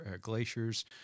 glaciers